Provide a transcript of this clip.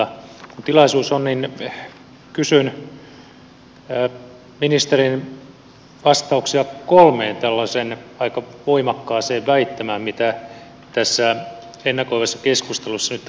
kun tilaisuus on niin kysyn ministerin vastauksia kolmeen tällaiseen aika voimakkaaseen väittämään mitä tässä ennakoivassa keskustelussa nyt tämän lakiesityksen osalta on esiintynyt